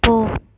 போ